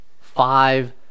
five